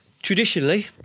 Traditionally